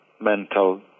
mental